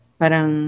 parang